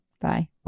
Bye